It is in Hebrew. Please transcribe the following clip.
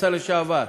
השר לשעבר,